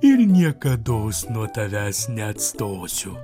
ir niekados nuo tavęs neatstosiu